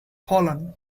fallen